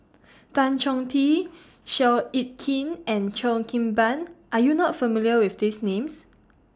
Tan Chong Tee Seow Yit Kin and Cheo Kim Ban Are YOU not familiar with These Names